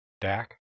Dak